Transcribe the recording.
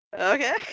Okay